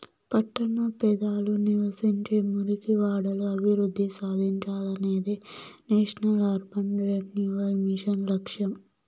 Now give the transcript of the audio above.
పట్టణ పేదలు నివసించే మురికివాడలు అభివృద్ధి సాధించాలనేదే నేషనల్ అర్బన్ రెన్యువల్ మిషన్ లక్ష్యం